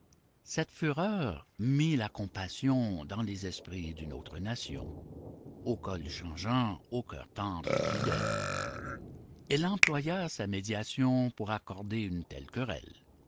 cette fureur mit la compassion dans les esprits d'une autre nation au cou changeant au cœur tendre et fidèle elle employa sa médiation pour accorder une telle querelle